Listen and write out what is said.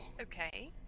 Okay